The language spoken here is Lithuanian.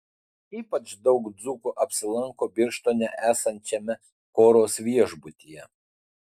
ypač daug dzūkų apsilanko birštone esančiame koros viešbutyje